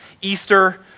Easter